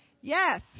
Yes